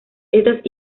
estas